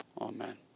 Amen